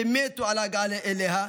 שמתו על ההגעה אליה,